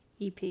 EP